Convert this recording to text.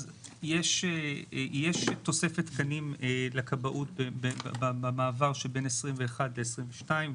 יש תוספת תקנים לכבאות במעבר שבין 2021 ל-2022,